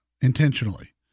intentionally